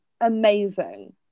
amazing